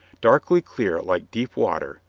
darkly clear, like deep water,